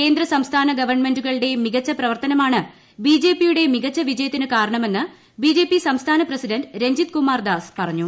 കേന്ദ്ര സംസ്ഥാന ഗവൺമെൻ്റുകളുടെ മികച്ച പ്രവർത്തനമാണ് ബി ജെ പിയുടെ മികച്ച വിജയത്തിന് കാരണമെന്ന് ബി ജെ പി സംസ്ഥാന പ്രസിഡന്റ് രഞ്ജിത് കുമാർ ദാസ് പറഞ്ഞു